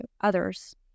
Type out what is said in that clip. others